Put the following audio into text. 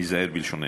ניזהר בלשוננו.